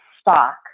stock